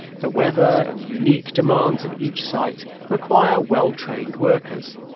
the weather and the unique demands of each site require well-trained workers.